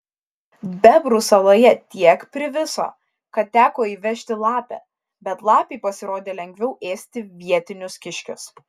bebrų saloje tiek priviso kad teko įvežti lapę bet lapei pasirodė lengviau ėsti vietinius kiškius